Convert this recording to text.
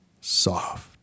soft